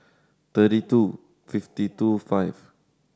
thirty two fifty two five